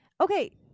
Okay